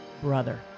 brother